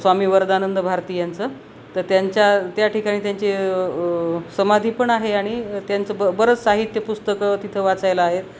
स्वामी वरदानंद भारती यांचं तर त्यांच्या त्या ठिकाणी त्यांचे समाधी पण आहे आणि त्यांचं ब बरंच साहित्य पुस्तकं तिथं वाचायला आहेत